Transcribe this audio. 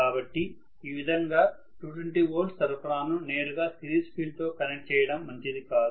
కాబట్టి ఈ విధంగా 220 వోల్ట్స్ సరఫరాను నేరుగా సిరీస్ ఫీల్డ్ తో కనెక్ట్ చేయడం మంచిది కాదు